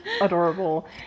adorable